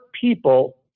people